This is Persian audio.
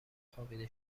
خوابیده